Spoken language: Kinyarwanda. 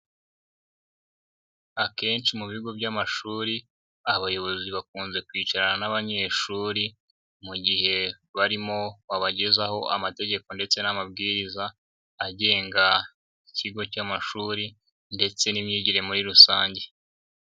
Akenshi mu bigo by'amashuri, abayobozi bakunze kwicarana n'abanyeshuri mu gihe barimo babagezaho amategeko ndetse n'amabwiriza agenga ikigo cy'amashuri ndetse n'imyigire muri rusange